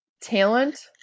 talent